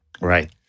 Right